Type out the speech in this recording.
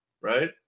right